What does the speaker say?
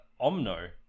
Omno